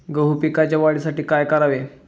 गहू पिकाच्या वाढीसाठी काय करावे?